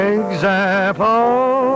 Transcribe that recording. example